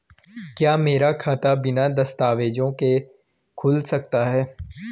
क्या मेरा खाता बिना दस्तावेज़ों के खुल सकता है?